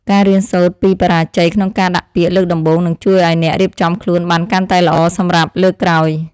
ការរៀនសូត្រពីបរាជ័យក្នុងការដាក់ពាក្យលើកដំបូងនឹងជួយឱ្យអ្នករៀបចំខ្លួនបានកាន់តែល្អសម្រាប់លើកក្រោយ។